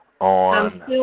on